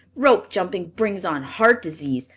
rope jumping brings on heart disease.